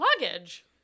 Luggage